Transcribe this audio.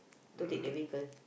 to take the vehicle